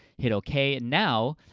hit ok. and now,